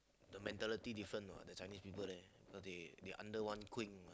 the mentality different you know the Chinese people there they they are under one queen